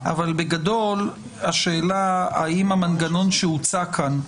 אבל בגדול השאלה האם המנגנון שהוצע כאן,